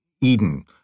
Eden